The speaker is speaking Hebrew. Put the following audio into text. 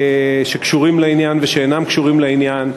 שקשורים לעניין ושאינם קשורים לעניין,